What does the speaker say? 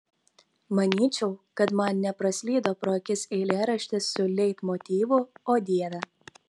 manyčiau kad man nepraslydo pro akis eilėraštis su leitmotyvu o dieve